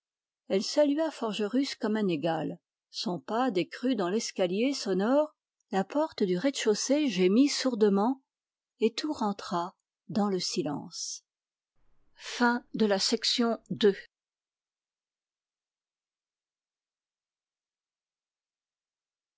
elle salua forgerus comme un égal son pas décrut dans l'escalier sonore la porte du rez-de-chaussée gémit sourdement et tout rentra dans le silence